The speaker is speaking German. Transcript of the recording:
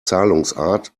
zahlungsart